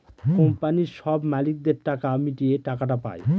কোম্পানির সব মালিকদের টাকা মিটিয়ে টাকাটা পায়